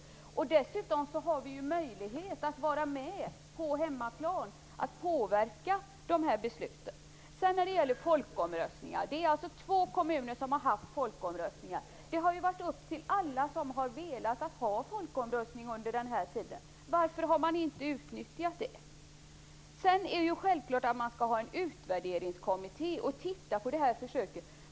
Vi har ju dessutom möjlighet att på hemmaplan påverka besluten. Två kommuner har haft folkomröstningar. Alla som har velat ha folkomröstning under den här tiden har kunnat ha det. Varför har man inte utnyttjat det? Det är självklart att man skall ha en utvärderingskommitté som skall titta på försöken.